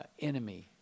enemy